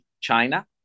China